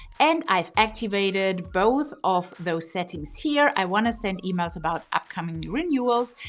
and i activated both of those settings here. i want to send emails about upcoming renewals,